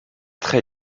très